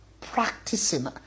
practicing